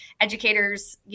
educators